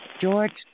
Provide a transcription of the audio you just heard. George